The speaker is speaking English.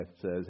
says